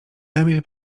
emil